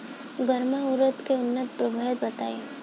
गर्मा उरद के उन्नत प्रभेद बताई?